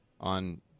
on –